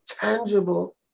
tangible